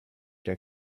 der